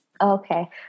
okay